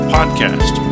Podcast